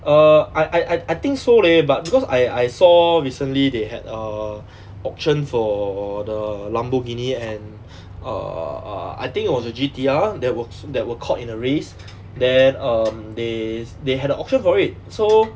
err I I I I think so leh because I I saw recently they had err auction for the lamborghini and err I think it was a G_T_R that wa~ that were caught in a race then um they they had a auction for it so